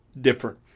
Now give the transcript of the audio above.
different